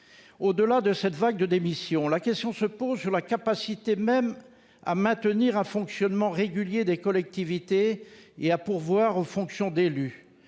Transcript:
Au-delà de cette vague de démissions, la question se pose de la capacité même à maintenir un fonctionnement régulier des collectivités territoriales et à pourvoir aux fonctions d'élu.